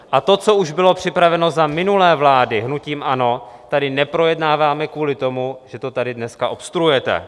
A to, co už bylo připraveno za minulé vlády hnutím ANO, tady neprojednáváme kvůli tomu, že to tady dneska obstruujete.